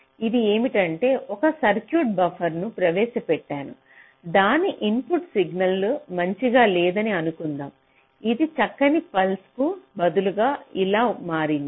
ఇది ఏమిటంటే ఒక సర్క్యూట్లో బఫర్ను ప్రవేశపెట్టాను దాని ఇన్పుట్ సిగ్నల్ మంచిగా లేదని అనుకుందాం ఇది చక్కని పల్స్ కు బదులుగా ఇలా మారింది